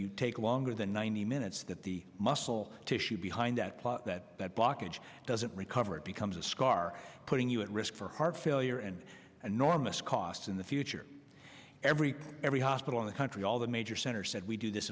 you take longer than ninety minutes that the muscle tissue behind that that that blockage doesn't recover it becomes a scar putting you at risk for heart failure and an enormous cost in the future every every hospital in the country all the major center said we do this